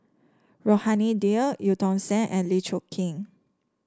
Rohani Din Eu Tong Sen and Lee Choon Kee